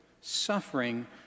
suffering